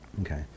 Okay